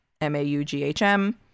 m-a-u-g-h-m